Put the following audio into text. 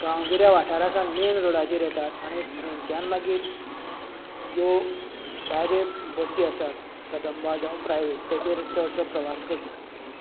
गांवगिऱ्या वाठारासावन मेन रोडाचेर येतात आनी थंयच्यान मागीर ज्यो डायरेक्ट बसी आसात कदंबा जावं प्रायवेट ताजेर चडसो प्रवास करतात